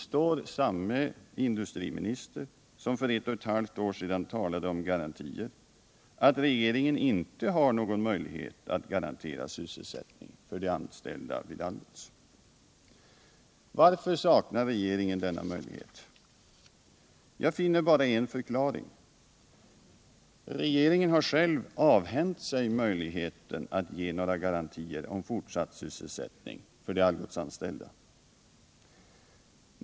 Samme industriminister som för ett och ett halvt år sedan talade om garantier tillstår nu att regeringen inte har någon möjlighet att garantera sysselsättning för de anställda vid Algots. Varför saknar regeringen denna möjlighet? Jag finner bara en förklaring: Regeringen har avhänt sig möjligheten att ge några garantier om fortsatt sysselsättning för de Algotsanställda.